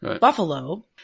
buffalo